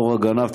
חורא גנב,